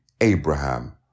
Abraham